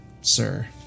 sir